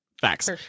Facts